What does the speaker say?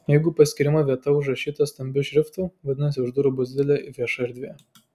jeigu paskyrimo vieta užrašyta stambiu šriftu vadinasi už durų bus didelė vieša erdvė